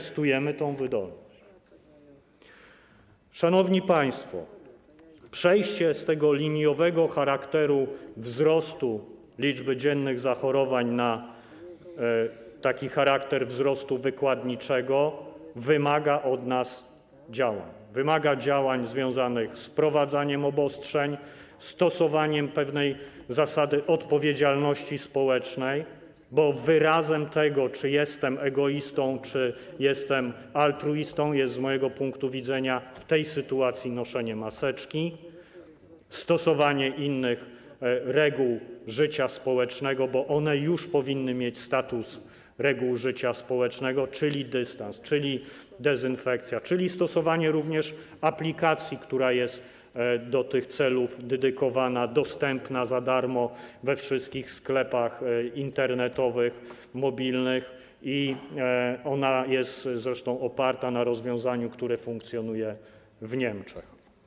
Szanowni państwo, przejście z liniowego charakteru wzrostu liczby dziennych zachorowań na charakter wzrostu wykładniczego wymaga od nas działań, wymaga działań związanych z wprowadzaniem obostrzeń, stosowaniem pewnej zasady odpowiedzialności społecznej - wyrazem tego, czy jestem egoistą, czy jestem altruistą, jest z mojego punktu widzenia w tej sytuacji noszenie maseczki, stosowanie innych reguł życia społecznego, bo one już powinny mieć status reguł życia społecznego, czyli dystans, czyli dezynfekcja, czyli stosowanie również aplikacji, która jest do tych celów dedykowana, dostępna za darmo we wszystkich sklepach internetowych, mobilnych, ona jest zresztą oparta na rozwiązaniu, które funkcjonuje w Niemczech.